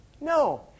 No